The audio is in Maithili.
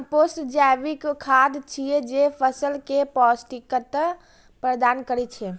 कंपोस्ट जैविक खाद छियै, जे फसल कें पौष्टिकता प्रदान करै छै